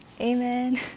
amen